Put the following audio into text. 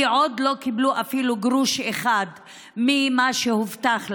כי הן עוד לא קיבלו אפילו גרוש אחד ממה שהובטח להן.